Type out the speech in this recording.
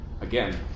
Again